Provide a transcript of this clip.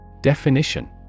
Definition